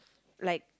like